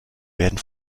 werden